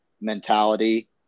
mentality